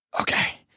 Okay